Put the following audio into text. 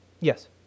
Yes